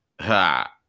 Ha